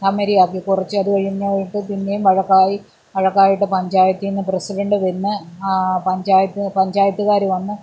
സമരിയാക്കി കുറച്ചത് കഴിഞ്ഞിട്ട് പിന്നേയും വഴക്കായി വഴക്കായിട്ട് പഞ്ചായത്തിൽ നിന്ന് പ്രസിഡന്റ് വന്ന് പഞ്ചായത്ത് പഞ്ചായത്തുകാർ വന്നു